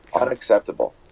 unacceptable